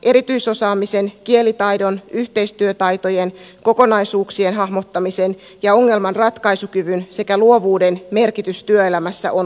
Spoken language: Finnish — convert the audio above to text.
erityisosaamisen kielitaidon yhteistyötaitojen kokonaisuuksien hahmottamisen ja ongelmanratkaisukyvyn sekä luovuuden merkitys työelämässä on korostunut